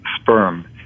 sperm